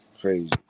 Crazy